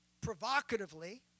provocatively